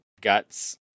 guts